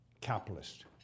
capitalist